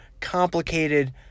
complicated